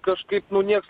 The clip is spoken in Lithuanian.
kažkaip nu nieks